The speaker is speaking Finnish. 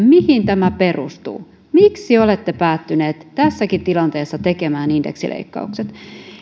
mihin tämä perustuu miksi olette päätyneet tässäkin tilanteessa tekemään indeksileikkaukset